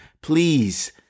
Please